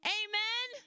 amen